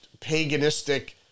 paganistic